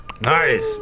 Nice